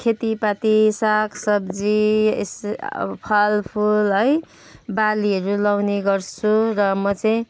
खेतीपाती साग सब्जी फलफुल है बालीहरू लाउने गर्छु र म चाहिँ